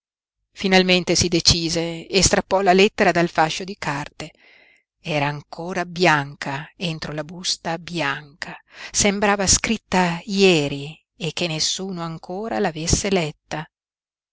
finalmente si decise e strappò la lettera dal fascio di carte era ancora bianca entro la busta bianca sembrava scritta ieri e che nessuno ancora l'avesse letta